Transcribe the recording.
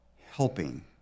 helping